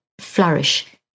flourish